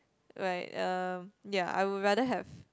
right ya ya I would rather have